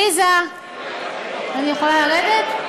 עליזה, אני יכולה לרדת?